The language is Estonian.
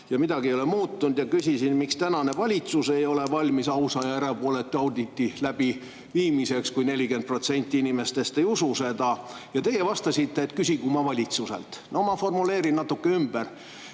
aga midagi ei ole muutunud, ja küsisin, miks tänane valitsus ei ole valmis ausa ja erapooletu auditi läbiviimiseks, kui 40% inimestest ei usu [e‑valimistesse]. Teie vastasite, et küsigu ma valitsuselt. No ma formuleerin natuke ümber.